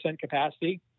capacity